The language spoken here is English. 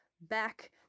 back